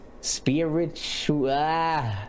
spiritual